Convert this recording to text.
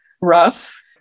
rough